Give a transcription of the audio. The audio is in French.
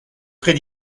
très